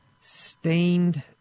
stained